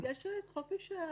יש חופש החוזים,